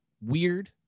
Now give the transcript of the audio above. weird